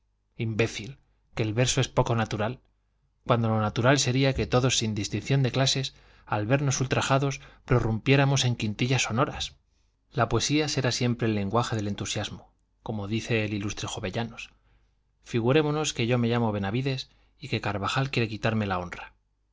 imbécil que el verso es poco natural cuando lo natural sería que todos sin distinción de clases al vernos ultrajados prorrumpiéramos en quintillas sonoras la poesía será siempre el lenguaje del entusiasmo como dice el ilustre jovellanos figurémonos que yo me llamo benavides y que carvajal quiere quitarme la honra